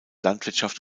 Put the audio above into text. landwirtschaft